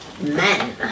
men